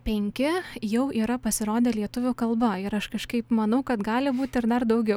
penki jau yra pasirodę lietuvių kalba ir aš kažkaip manau kad gali būt ir dar daugiau